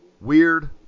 Weird